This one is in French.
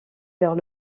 vers